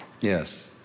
yes